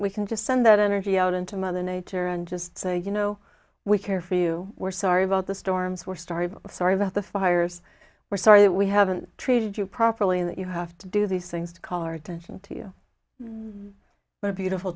we can just send that energy out into mother nature and just say you know we care for you we're sorry about the storms we're story sorry about the fires we're sorry that we haven't treated you properly that you have to do these things to call our attention to you but a beautiful